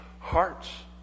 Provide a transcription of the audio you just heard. hearts